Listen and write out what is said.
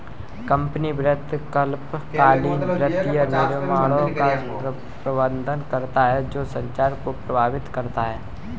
company वित्त अल्पकालिक वित्तीय निर्णयों का प्रबंधन करता है जो संचालन को प्रभावित करता है